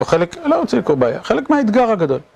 וחלק מ... לא רוצה לקרוא בעיה, חלק מהאתגר הגדול.